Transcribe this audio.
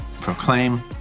proclaim